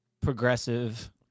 progressive